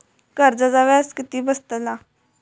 कर्जाचा व्याज किती बसतला?